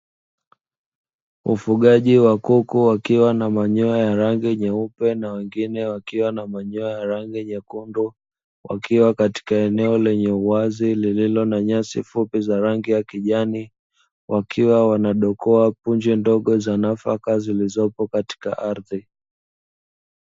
Ufugaji wa kuku wakiwa na manyoya ya rangi nyeupe na wengine wakiwa na manyoya ya rangi nyekundu, wakiwa katika eneo lenye uwazi lililo na nyasi fupi za rangi ya kijani, wakiwa wanadokoa punje ndogo za nafaka zikiwa katika ardhi.